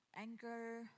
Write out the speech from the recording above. anger